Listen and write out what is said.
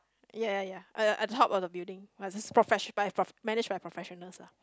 ya ya ya at at the top of the building professio~ managed by professionals lah